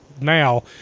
now